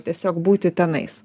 tiesiog būti tenais